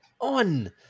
on